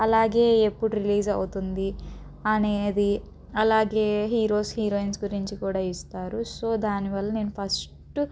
అలాగే ఎప్పుడు రిలీజ్ అవుతుంది అనేది అలాగే హీరోస్ హీరోయిన్స్ గురించి కూడా ఇస్తారు సో దానివల్ల నేను ఫస్టు